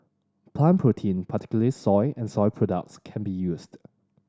plant protein particularly soy and soy products can be used